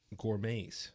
Gourmets